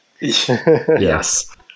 Yes